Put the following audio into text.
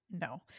No